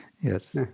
Yes